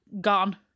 gone